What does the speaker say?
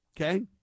okay